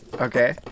Okay